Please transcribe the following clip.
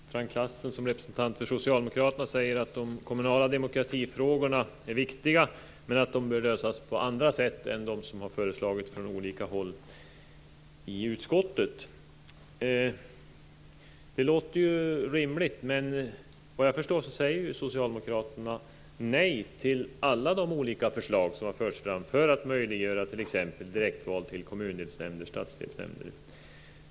Herr talman! Frank Lassen som representant för Socialdemokraterna säger att de kommunala demokratifrågorna är viktiga men att de bör lösas på andra sätt än vad som har föreslagits från olika håll i utskottet. Det låter ju rimligt, men såvitt jag förstår säger socialdemokraterna nej till alla de olika förslag som förts fram för att möjliggöra t.ex. direktval till kommundelsnämnder och stadsdelsnämnder.